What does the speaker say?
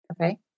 Okay